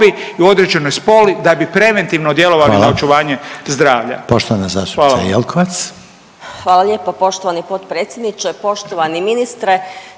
i u određenoj spoli da bi preventivno djelovali…/Upadica